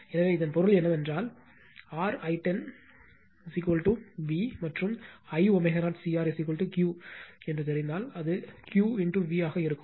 எனவே இதன் பொருள் என்னவென்றால் R I 0 V மற்றும் 1 ω0 C R Q என்று தெரிந்தால் அது Q V ஆக இருக்கும்